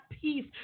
peace